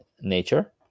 nature